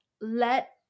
let